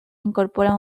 incorpora